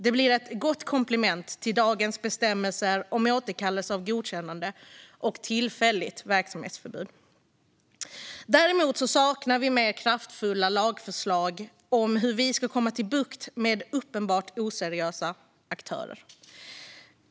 Det blir ett gott komplement till dagens bestämmelser om återkallelser av godkännande och tillfälligt verksamhetsförbud. Däremot saknar vi mer kraftfulla lagförslag om hur vi ska få bukt med uppenbart oseriösa aktörer.